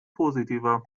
positiver